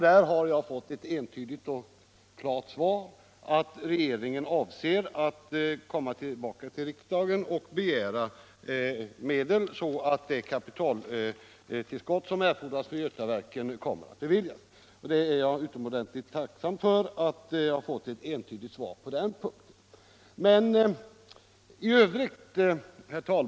Där har jag fått ett entydigt svar att regeringen avser att begära medel av riksdagen så att det kapitaltillskott som erfordras för Götaverkens del kommer att säkerställas. Jag är utomordentligt tacksam för att ha fått ett entydigt svar på den punkten.